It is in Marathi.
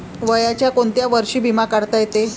वयाच्या कोंत्या वर्षी बिमा काढता येते?